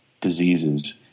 diseases